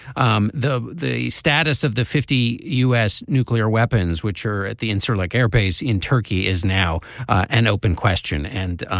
um the the status of the fifty u s. nuclear weapons which are at the incirlik air base in turkey is now an open question and.